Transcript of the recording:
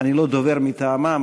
אני לא דובר מטעמם,